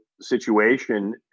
situation